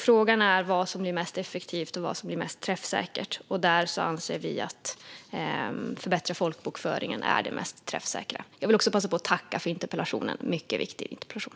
Frågan är vad som blir mest effektivt och träffsäkert, och där anser vi att det mest träffsäkra är att förbättra folkbokföringen. Jag vill passa på att tacka för denna mycket viktiga interpellation.